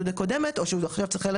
והלשכה הפרטית אומרת אני מצטערת,